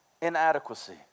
inadequacy